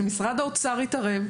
שמשרד האוצר יתערב,